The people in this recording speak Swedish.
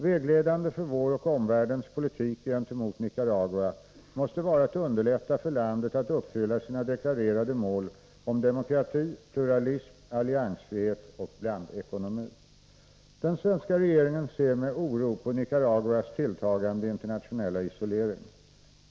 Vägledande för vår och omvärldens politik gentemot Nicaragua måste vara strävan att underlätta för landet att uppfylla sina deklarerade mål om demokrati, pluralism, alliansfrihet och blandekonomi. Den svenska regeringen ser med oro på Nicaraguas tilltagande internationella isolering.